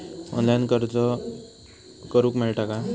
Online अर्ज करूक मेलता काय?